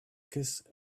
kiss